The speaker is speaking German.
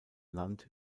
land